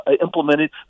implemented